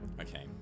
Okay